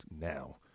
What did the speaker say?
now